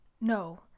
No